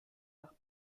nach